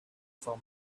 for